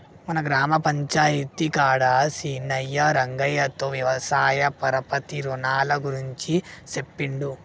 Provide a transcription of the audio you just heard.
మన గ్రామ పంచాయితీ కాడ సీనయ్యా రంగయ్యతో వ్యవసాయ పరపతి రునాల గురించి సెప్పిండు